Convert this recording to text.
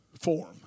form